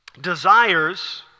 desires